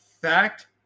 fact